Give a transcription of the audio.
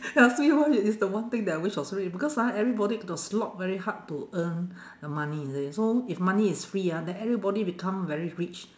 you ask me why it is the one thing that I wished for free because ah everybody got to slog very hard to earn the money you see so if money is free ah then everybody become very rich